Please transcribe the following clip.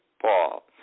Paul